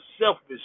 selfish